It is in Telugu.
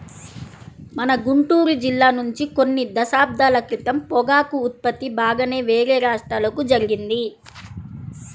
మన గుంటూరు జిల్లా నుంచి కొన్ని దశాబ్దాల క్రితం పొగాకు ఉత్పత్తి బాగానే వేరే రాష్ట్రాలకు జరిగింది